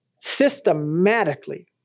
systematically